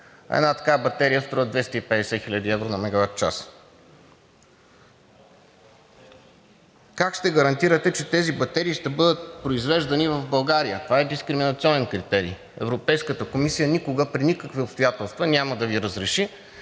една такава батерия струва 250 000 евро на мегаватчаса. Как ще гарантирате, че тези батерии ще бъдат произвеждани в България? Това е дискриминационен критерий. Европейската комисия никога, при никакви обстоятелства няма да Ви разреши